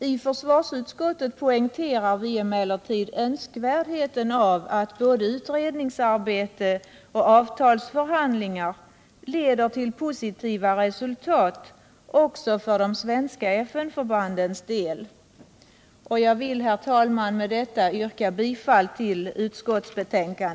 I försvarsutskottet poängterar vi emellertid önskvärdheten av att både utredningsarbetet och avtalsförhandlingarna skall leda till positiva resultat även för de svenska FN-förbandens del. Jag vill, herr talman, med detta yrka bifall till utskottets hemställan.